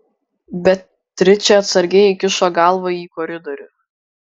beatričė atsargiai iškišo galvą į koridorių